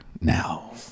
now